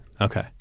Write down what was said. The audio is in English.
Okay